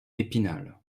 épinal